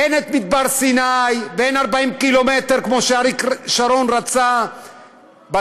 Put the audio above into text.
אין את מדבר סיני ואין 40 קילומטרים כמו שאריק שרון רצה בצפון.